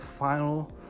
Final